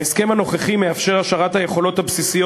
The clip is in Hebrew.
ההסכם הנוכחי מאפשר השארת היכולות הבסיסיות